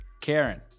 Karen